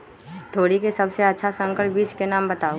तोरी के सबसे अच्छा संकर बीज के नाम बताऊ?